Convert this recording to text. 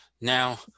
now